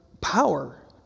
power